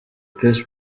chris